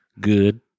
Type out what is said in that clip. Good